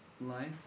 life